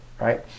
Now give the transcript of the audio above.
right